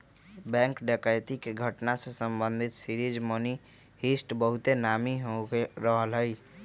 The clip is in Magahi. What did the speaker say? बैंक डकैती के घटना से संबंधित सीरीज मनी हीस्ट बहुते नामी हो रहल हइ